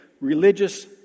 religious